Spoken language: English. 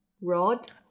Rod